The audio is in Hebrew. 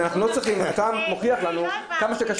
אתה מוכיח לנו כמה זה קשה.